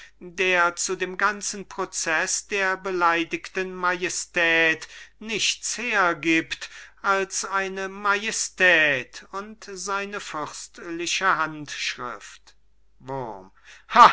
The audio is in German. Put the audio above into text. der zu dem ganzen proceß der beleidigten majestät nichts hergibt als eine majestät und seine fürstliche handschrift wurm